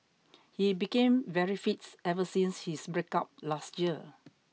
he became very fit ever since his breakup last year